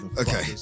Okay